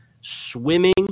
swimming